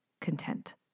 content